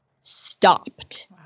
stopped